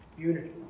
unity